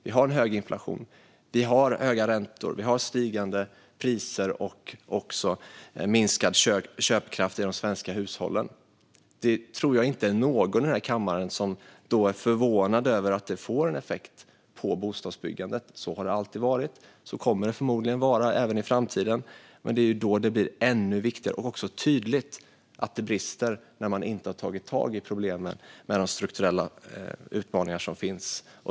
Vi har hög inflation, vi har höga räntor och vi har stigande priser och minskad köpkraft för de svenska hushållen. Jag tror inte att någon i kammaren är förvånad över att det får effekt på bostadsbyggandet. Så har det alltid varit, och så kommer det förmodligen att vara även i framtiden. Då blir det ännu tydligare att det brister och att man inte har tagit tag i de strukturella utmaningarna.